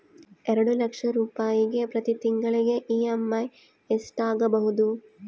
ಎರಡು ಲಕ್ಷ ರೂಪಾಯಿಗೆ ಪ್ರತಿ ತಿಂಗಳಿಗೆ ಇ.ಎಮ್.ಐ ಎಷ್ಟಾಗಬಹುದು?